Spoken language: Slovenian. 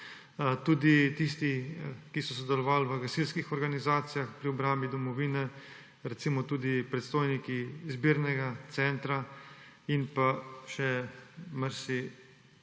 tudi tiste, ki so sodelovali v gasilskih organizacijah pri obrambi domovine, recimo tudi predstojniki zbirnega centra in še marsikdo